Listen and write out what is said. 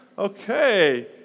Okay